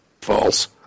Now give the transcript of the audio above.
false